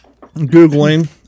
Googling